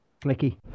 Clicky